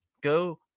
Go